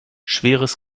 schweres